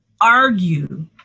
argue